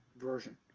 version